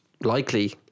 likely